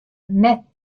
net